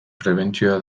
prebentzioa